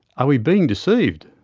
are we being deceived?